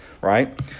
right